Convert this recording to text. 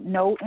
no